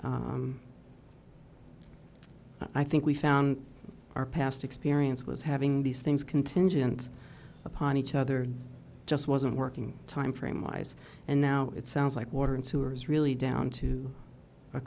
i think we found our past experience was having these things contingent upon each other just wasn't working timeframe wise and now it sounds like water and sewer is really down to a